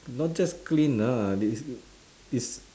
not just clean lah they still is